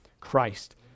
Christ